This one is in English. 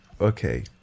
Okay